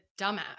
dumbass